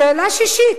שאלה שישית: